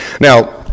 now